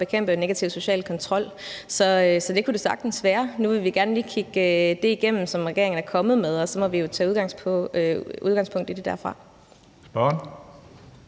at bekæmpe negativ social kontrol. Så det kunne det sagtens være. Nu vil vi gerne lige kigge det igennem, som regeringen er kommet med, og så må vi jo tage udgangspunkt i det derfra. Kl.